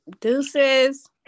Deuces